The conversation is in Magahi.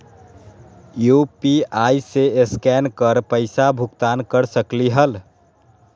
यू.पी.आई से स्केन कर पईसा भुगतान कर सकलीहल?